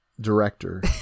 director